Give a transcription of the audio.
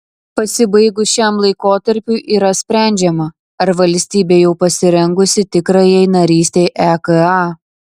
pasibaigus šiam laikotarpiui yra sprendžiama ar valstybė jau pasirengusi tikrajai narystei eka